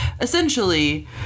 essentially